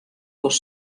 cos